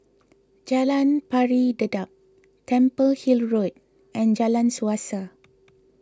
Jalan Pari Dedap Temple Hill Road and Jalan Suasa